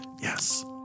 Yes